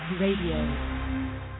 Radio